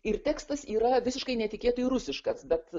ir tekstas yra visiškai netikėtai rusiškas bet